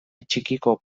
txikiko